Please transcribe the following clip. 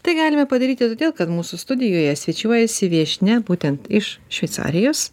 tai galime padaryti todėl kad mūsų studijoje svečiuojasi viešnia būtent iš šveicarijos